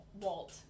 Walt